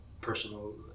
personal